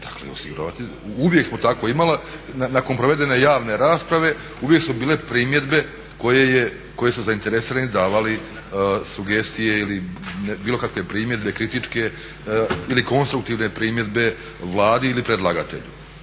Uvijek smo tako imali, nakon provedene javne rasprave uvijek su bile primjedbe koje su zainteresirani davali sugestije ili bilo kakve primjedbe, kritičke ili konstruktivne primjedbe Vladi ili predlagatelju.